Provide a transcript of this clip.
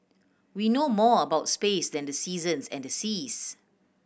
we know more about space than the seasons and the seas